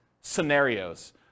scenarios